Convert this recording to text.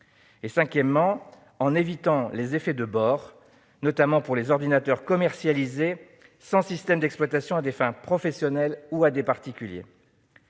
Cinquièmement, nous avons voulu éviter les effets de bord, notamment pour les ordinateurs commercialisés sans systèmes d'exploitation à des fins professionnelles ou à des particuliers.